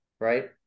right